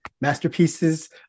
masterpieces